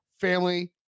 family